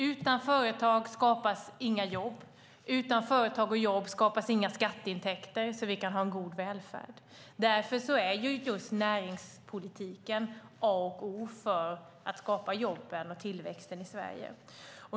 Utan företag skapas inga jobb. Utan företag och jobb skapas inga skatteintäkter så att vi kan ha en bra välfärd. Därför är näringspolitiken A och O när det gäller att skapa jobb och tillväxt i Sverige.